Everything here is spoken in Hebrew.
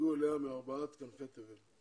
שהגיעו אליה מארבעה כנפי תבל.